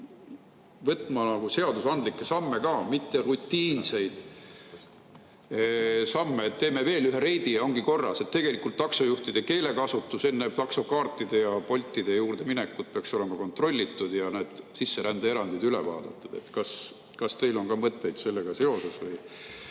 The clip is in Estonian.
[tegema] seadusandlikke samme ka, mitte rutiinseid samme, et teeme veel ühe reidi ja ongi korras? Tegelikult taksojuhtide keelekasutus enne taksokaardi [saamist] ja Boltide juurde minekut peaks olema kontrollitud. Ja need sisserändeerandid [peab] üle vaatama. Kas teil on mõtteid sellega seoses?